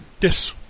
Yes